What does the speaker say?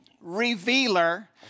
revealer